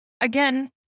again